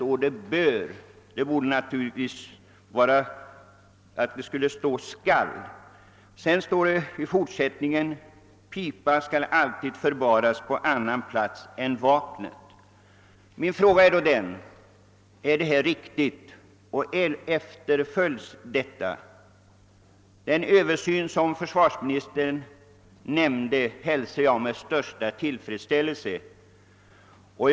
Ordet >»bör» borde naturligtvis ändras till »skall«. Det heter vidare att pipa alltid skall förvaras på annan plats än vapnet i övrigt. Min fråga är om denna bestämmelse verkligen efterföljs. Jag hälsar med största tillfredsställelse den översyn som försvarsministern nämnde.